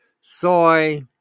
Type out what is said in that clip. soy